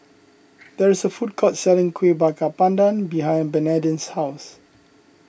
there is a food court selling Kueh Bakar Pandan behind Bernadine's house